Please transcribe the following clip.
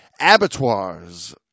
abattoirs